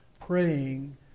praying